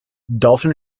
dalton